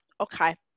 Okay